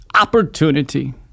opportunity